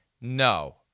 no